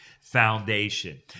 Foundation